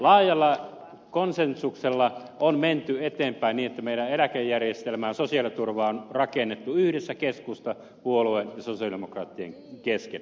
laajalla konsensuksella on menty eteenpäin niin että meidän eläkejärjestelmäämme ja sosiaaliturvaa on rakennettu yhdessä keskustapuolueen ja sosialidemokraattien kesken